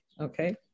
Okay